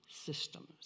systems